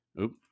Oop